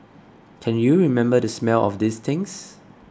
can you remember the smell of these things